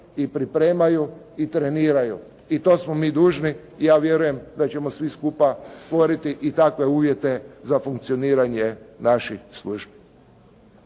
i pripremaju i treniraju. I to smo mi dužni, ja vjerujem da ćemo svi skupa stvoriti i takve uvjete za funkcioniranje naših službi.